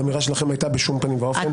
האמירה שלכם הייתה בשום פנים ואופן.